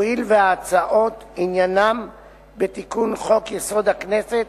הואיל וההצעות עניינן בתיקון חוק-יסוד: הכנסת,